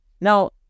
Now